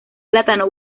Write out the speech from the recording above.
plátano